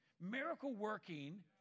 miracle-working